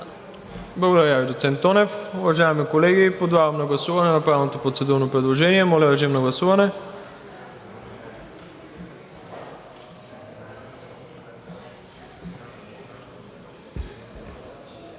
Благодаря Ви, доцент Тонев. Уважаеми колеги, подлагам на гласуване направеното процедурно предложение. Моля, режим на гласуване.